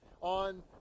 on